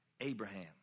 Abraham